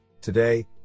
Today